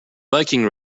viking